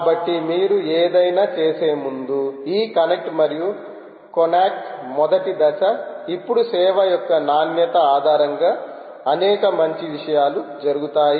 కాబట్టి మీరు ఏదైనా చేసే ముందు ఈ కనెక్ట్ మరియు కొన్నాక్ మొదటి దశ ఇప్పుడు సేవ యొక్క నాణ్యత ఆధారంగా అనేక మంచి విషయాలు జరుగుతాయి